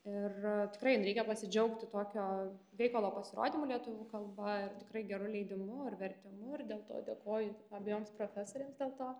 ir tikrai reikia pasidžiaugti tokio veikalo pasirodymu lietuvių kalba ir tikrai geru leidimu ir vertimu ir dėl to dėkoju abejoms profesorės dėl to